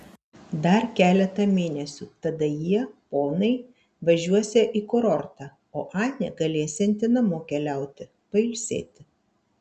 dar keletą mėnesių tada jie ponai važiuosią į kurortą o anė galėsianti namo keliauti pailsėti